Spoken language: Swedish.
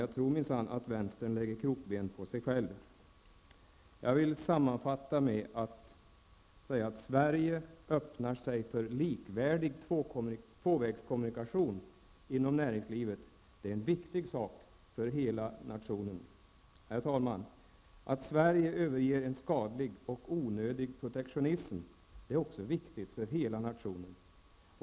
Jag tror minsann att vänstern lägger krokben för sig själv. Jag vill sammanfatta med att säga att det är viktigt för hela nationen att Sverige öppnar sig för likvärdig tvåvägskommunikation inom näringslivet. Herr talman! Att Sverige överger en skadlig och onödig protektionism är också viktigt för hela nationen.